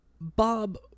Bob